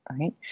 Right